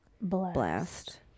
Blast